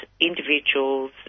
individuals